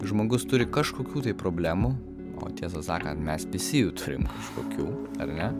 žmogus turi kažkokių tai problemų o tiesą sakant mes visi jų turim kažkokių ar ne